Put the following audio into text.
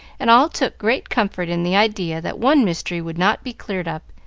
and all took great comfort in the idea that one mystery would not be cleared up,